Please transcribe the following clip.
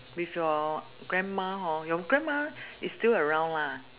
with your grandma hor your grandma is still around lah